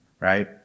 right